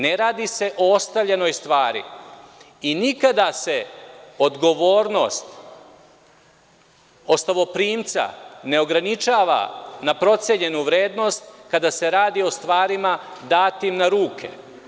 Ne radi se o ostavljenoj stvari i nikada se odgovornost ostavoprimca ne ograničava na procenjenu vrednost kada se radi o stvarima datim na ruke.